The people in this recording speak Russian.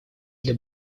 для